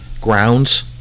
Grounds